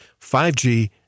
5G